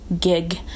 gig